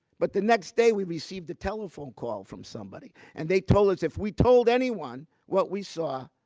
but the next day, we received a telephone call from somebody. and they told us if we told anyone what we saw,